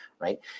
right